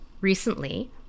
Recently